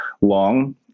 long